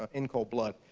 ah in cold blood.